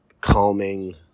calming